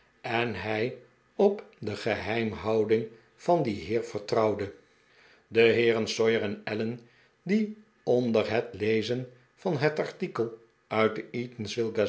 en hij op de geheimhouding van dien heer vertrouwde de heeren sawyer en allen die onder het lezen van het artikel uit de